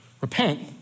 repent